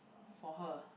for her